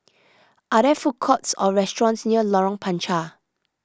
are there food courts or restaurants near Lorong Panchar